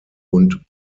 und